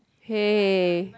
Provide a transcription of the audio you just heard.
!hey!